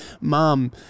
mom